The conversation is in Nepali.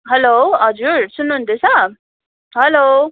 हलो हजुर सुन्नुहुँदैछ हलो